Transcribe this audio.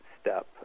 step